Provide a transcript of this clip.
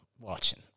watching